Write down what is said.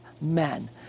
men